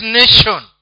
nation